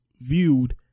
viewed